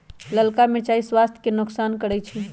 ललका मिरचाइ स्वास्थ्य के नोकसान करै छइ